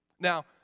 Now